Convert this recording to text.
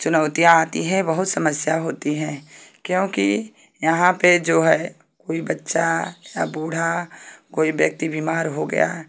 चुनौतियाँ आती हैं बहुत समस्या होती है क्योंकि यहाँ पर जो है कोई बच्चा या बूढ़ा कोई व्यक्ति बीमार हो गया है